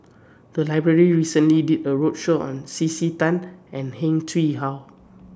The Library recently did A roadshow on C C Tan and Heng Chee How